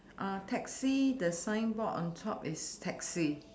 uh taxi the sign board on top is taxi